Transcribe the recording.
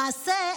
למעשה,